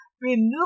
remove